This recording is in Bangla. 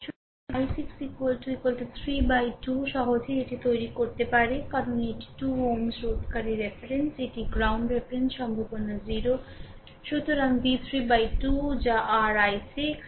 সুতরাং i6 3 বাই 2 সহজেই এটি তৈরি করতে পারে কারণ এটি 2 Ω রোধকারী রেফারেন্স এটি গ্রাউন্ড রেফারেন্স সম্ভাবনা 0 সুতরাং v3 বাই 2 যা r i6